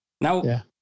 Now